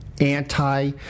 Anti